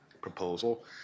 proposal